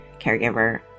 caregiver